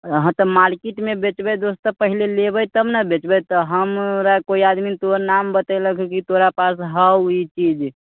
हँ तऽ मार्केटमे बेचबै दोस्त तऽ पहिने लेबै तब ने बेचबै तऽ हमरा कोइ आदमी तोहर नाम बतेलक हए कि तोरा पास हौ ई चीज